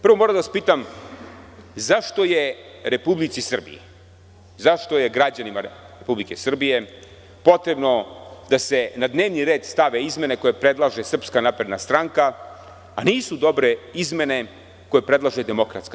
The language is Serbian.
Prvo, moram da vas pitam zašto je Republici Srbiji, zašto je građanima Republike Srbije, potrebno da se na dnevni red stave izmene koje predlaže SNS, a nisu dobre izmene koje predlaže DS?